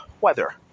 weather